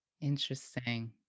Interesting